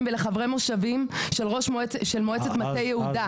ולחברי המושבים של מועצת מטה יהודה.